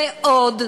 ועוד,